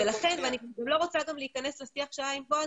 אני גם לא רוצה להיכנס לשיח שהיה עם בועז